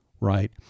Right